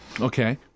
Okay